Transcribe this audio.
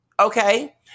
okay